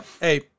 Hey